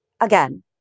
Again